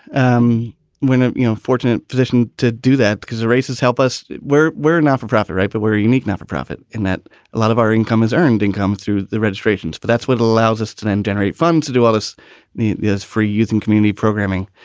um when. ah you know, fortunate position to do that because the races help us. we're we're not and for profit. right. but we're unique, not for profit in that a lot of our income is earned income through the registrations but that's what allows us to then generate funds to do all this is for using community programming.